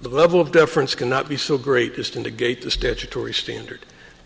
the level of deference cannot be so great just in the gate the statutory standard